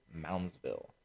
moundsville